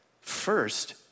First